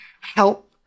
help